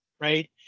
right